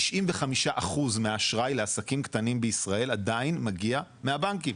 תראו ש-95% מהאשראי לעסקים קטנים בישראל עדיין מגיע מהבנקים.